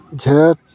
ᱡᱷᱮᱸᱴ